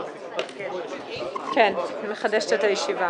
אבל זה אישור.